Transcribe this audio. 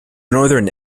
northern